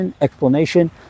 explanation